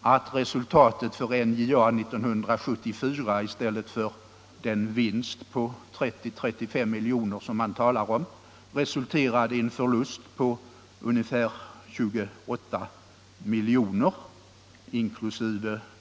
att resultatet för NJA 1974 i stället för en vinst på 30 å 35 miljoner som man talade om blev en förlust på ungefär 28 miljoner, inkl.